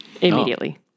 immediately